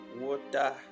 water